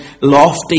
lofty